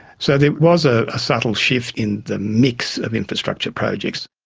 so there was ah a subtle shift in the mix of infrastructure projects.